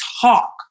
talk